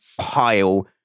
pile